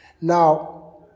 Now